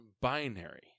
binary